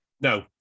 No